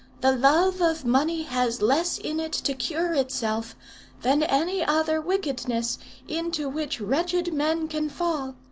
the love of money has less in it to cure itself than any other wickedness into which wretched men can fall.